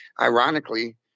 Ironically